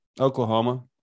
Oklahoma